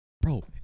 Bro